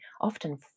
often